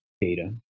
data